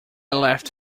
left